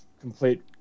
complete